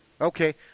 Okay